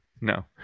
No